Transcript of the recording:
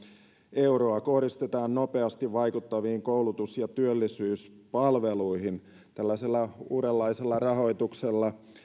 euroa kohdistetaan nopeasti vaikuttaviin koulutus ja työllisyyspalveluihin tällaisella uudenlaisella rahoituksella